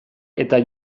eta